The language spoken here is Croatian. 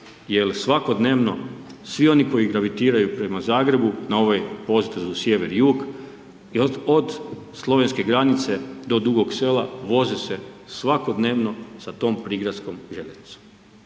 jer svakodnevno svi oni koji gravitiraju prema Zagrebu na ovom potezu sjever-jug i od slovenske granice do Dugog Sela voze se svakodnevno sa tom prigradskom željeznicom.